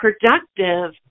productive